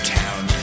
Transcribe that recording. town